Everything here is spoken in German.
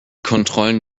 kontrollen